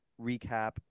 recap